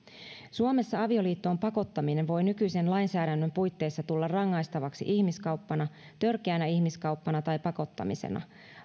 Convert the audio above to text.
suomessa avioliittoon pakottaminen voi nykyisen lainsäädännön puitteissa tulla rangaistavaksi ihmiskauppana törkeänä ihmiskauppana tai pakottamisena